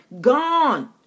gone